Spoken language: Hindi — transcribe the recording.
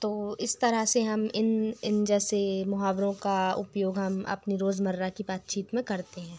तो इस तरह से हम इन जैसे मुहावरों का उपयोग हम अपने रोज़मर्रा की बातचीत में करते हैं